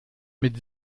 mit